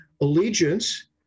allegiance